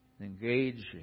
engaging